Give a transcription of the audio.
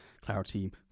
clarity